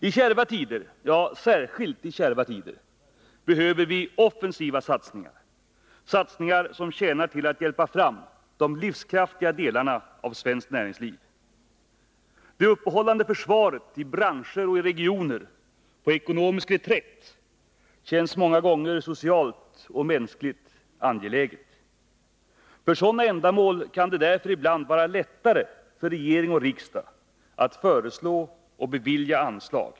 I kärva tider — ja, särskilt i kärva tider — behöver vi offensiva satsningar; satsningar som tjänar till att hjälpa fram de livskraftiga delarna av svenskt näringsliv. Det uppehållande försvaret i branscher och i regioner som befinner sig på ekonomisk reträtt känns många gånger socialt och mänskligt angeläget. För sådana ändamål kan det därför ibland vara lättare för regering och riksdag att föreslå och bevilja anslag.